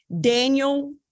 daniel